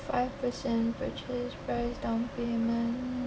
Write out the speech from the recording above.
five percent purchase price down payment